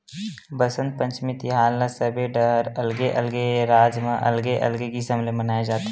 बसंत पंचमी तिहार ल सबे डहर अलगे अलगे राज म अलगे अलगे किसम ले मनाए जाथे